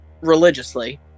religiously